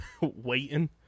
waiting